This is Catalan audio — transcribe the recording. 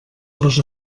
les